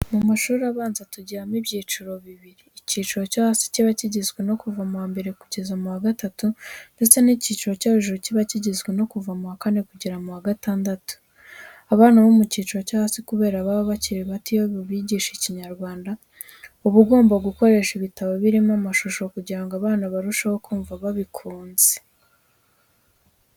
Mu mashuri abanza, tugiramo ibyiciro bibiri: ikiciro cyo hasi kiba kigizwe no kuva mu wa mbere kugera mu wa gatatu ndetse n'ikiciro cyo hejuru kiba kigizwe no kuva mu wa kane kugera mu wa gatandatu. Abana bo mu kiciro cyo hasi kubera baba bakiri bato, iyo ubigisha Ikinyarwanda, uba ugomba gukoresha ibitabo biriho amashusho kugira ngo abana barusheho kumva babikunze.